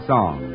Song